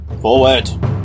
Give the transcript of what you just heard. Forward